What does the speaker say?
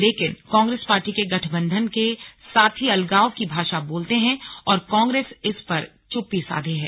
लेकिन कांग्रेस पार्टी के गठबंधन के साथी अलगाव की भाषा बोलते हैं और कांग्रेस इस पर चुप्पी साधे हैं